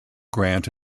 grant